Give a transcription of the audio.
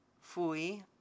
fui